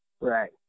Right